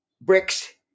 bricks